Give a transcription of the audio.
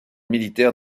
militaire